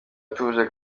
utuje